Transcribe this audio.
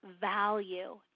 value